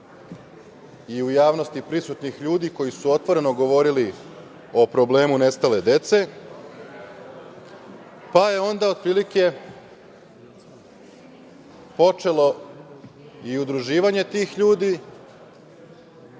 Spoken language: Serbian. i u javnosti prisutnih ljudi koji su otvoreno govorili o problemu nestale dece, pa je onda otprilike počelo i udruživanje tih ljudi